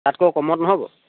তাতকৈ কমত নহ'ব